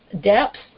depth